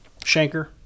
shanker